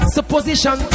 Supposition